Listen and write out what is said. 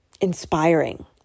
inspiring